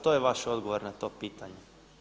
To je vaš odgovor na to pitanje.